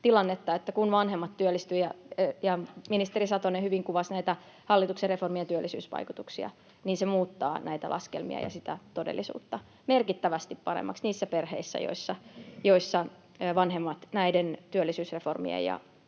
tilannetta, että vanhemmat työllistyvät. Ministeri Satonen hyvin kuvasi hallituksen reformien työllisyysvaikutuksia, ja ne muuttavat näitä laskelmia ja sitä todellisuutta merkittävästi paremmaksi niissä perheissä, joissa vanhemmat näiden työllisyysreformien ja